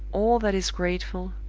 all that is grateful,